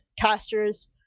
casters